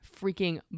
freaking